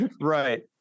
Right